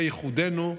זה ייחודנו,